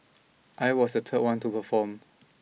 I was the third one to perform